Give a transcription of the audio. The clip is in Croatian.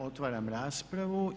Otvaram raspravu.